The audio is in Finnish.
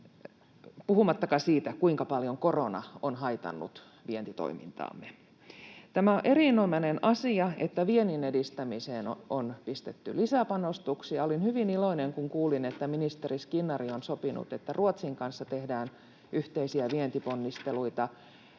puhumattakaan siitä, kuinka paljon korona on haitannut vientitoimintaamme. Tämä on erinomainen asia, että vienninedistämiseen on pistetty lisäpanostuksia. Olin hyvin iloinen, kun kuulin, että ministeri Skinnari on sopinut, että Ruotsin kanssa tehdään yhteisiä vientiponnisteluita,